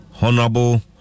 honorable